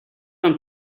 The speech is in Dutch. een